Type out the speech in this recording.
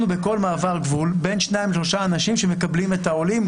בכל מעבר גבול יש לנו בין 2-3 אנשים שמקבלים את העולים,